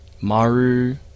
Maru